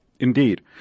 Indeed